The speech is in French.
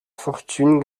fortune